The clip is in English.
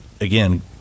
again